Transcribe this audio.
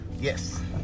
Yes